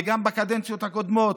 וגם בקדנציות הקודמות,